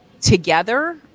together